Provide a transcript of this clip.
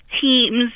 teams